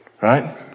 right